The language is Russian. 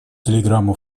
телеграмму